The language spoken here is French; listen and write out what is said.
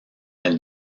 elles